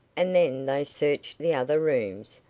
and then they searched the other rooms,